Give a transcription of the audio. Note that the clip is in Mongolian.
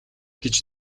гэж